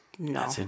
No